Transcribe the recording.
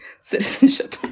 citizenship